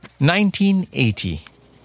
1980